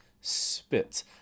spit